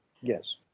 Yes